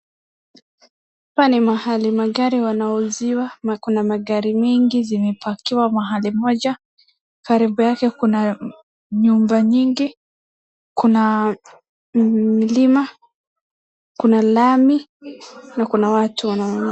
Hapa ni mahali magari wanauziwa, kuna magari mingi zimepakiwa mahali moja. Karibu yake kuna nyumba nyingi, kuna mlima, kuna lami na kuna watu wanao.